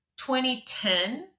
2010